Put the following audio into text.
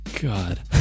God